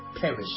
perish